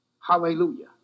Hallelujah